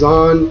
on